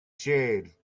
shade